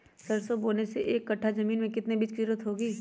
सरसो बोने के एक कट्ठा जमीन में कितने बीज की जरूरत होंगी?